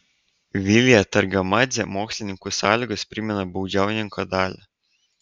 vilija targamadzė mokslininkų sąlygos primena baudžiauninko dalią